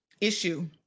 issue